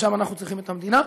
ושם אנחנו צריכים את המדינה.